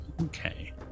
okay